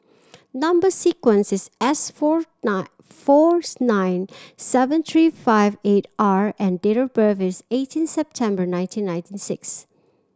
number sequence is S four nine fourth nine seven three five eight R and date of birth is eighteen September nineteen nineteen six